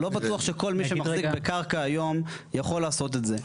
לא בטוח שכל מי שמחזיק קרקע היום יכול לעשות את זה.